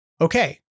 Okay